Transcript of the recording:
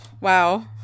Wow